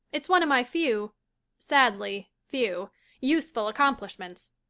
it's one of my few sadly few useful accomplishments.